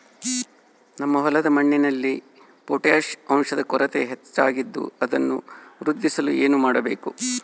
ನಮ್ಮ ಹೊಲದ ಮಣ್ಣಿನಲ್ಲಿ ಪೊಟ್ಯಾಷ್ ಅಂಶದ ಕೊರತೆ ಹೆಚ್ಚಾಗಿದ್ದು ಅದನ್ನು ವೃದ್ಧಿಸಲು ಏನು ಮಾಡಬೇಕು?